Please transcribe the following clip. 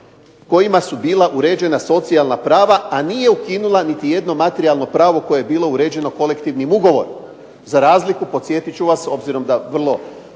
kojima su bila uređena socijalna prava, a nije ukinula niti jedno materijalno pravo koje je bilo uređeno kolektivnim ugovorom. Za razliku podsjetit ću vas obzirom da brinete